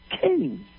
king